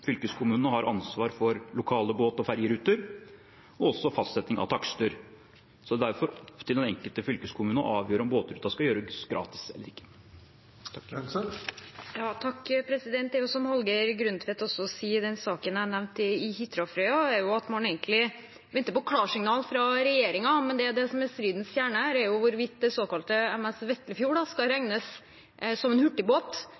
Fylkeskommunene har ansvar for lokale båt- og fergeruter og også fastsetting av takster. Det er derfor opp til den enkelte fylkeskommune å avgjøre om båtruten skal gjøres gratis eller ikke. Det er, som Hallgeir Grøntvedt også sier i den saken jeg nevnte fra avisen Hitra–Frøya, at man egentlig venter på klarsignal fra regjeringen. Men det som er stridens kjerne, er jo hvorvidt den såkalte MS «Vetlefjord» skal